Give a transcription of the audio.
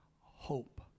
hope